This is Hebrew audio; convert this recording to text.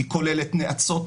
היא כוללת נאצות,